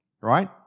right